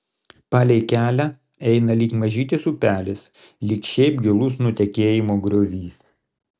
palei kelią eina lyg mažytis upelis lyg šiaip gilus nutekėjimo griovys